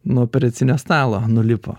nuo operacinio stalo nulipo